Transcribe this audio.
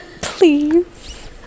please